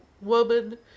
woman